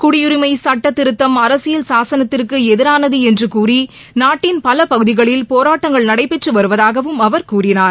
குடியுரிமை சுட்டத்திருத்தம் அரசியல் சாசனத்திற்கு எதிரானது என்று கூறி நாட்டின் பல பகுதிகளில் போராட்டங்கள் நடைபெற்றுவருதாகவும் அவர் கூறினார்